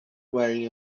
wearing